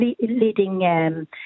leading